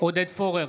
עודד פורר,